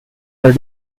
are